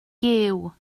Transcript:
gyw